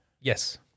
Yes